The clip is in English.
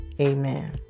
Amen